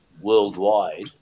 worldwide